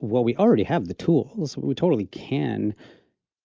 well, we already have the tools, we totally can